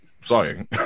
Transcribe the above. sorry